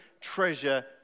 treasure